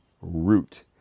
Root